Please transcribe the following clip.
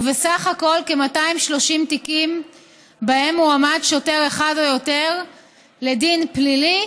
ובסך הכול כ-230 תיקים בהם מועמד שוטר אחד או יותר לדין פלילי